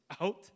out